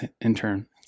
intern